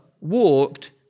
walked